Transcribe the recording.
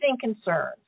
concerns